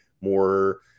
more